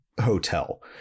hotel